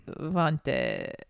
wanted